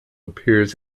appears